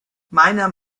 meiner